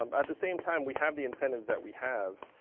um at the same time, we have the incentives that we have.